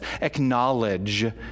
acknowledge